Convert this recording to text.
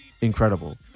Incredible